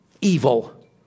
evil